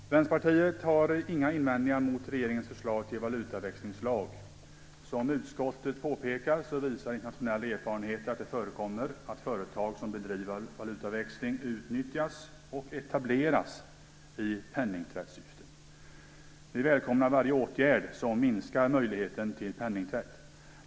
Herr talman! Vänsterpartiet har inga invändningar mot regeringens förslag till valutaväxlingslag. Som utskottet påpekar, visar internationell erfarenhet att det förekommer att företag som bedriver valutaväxling utnyttjas och etableras i penningtvättssyfte. Vi välkomnar varje åtgärd som minskar möjligheten till penningtvätt.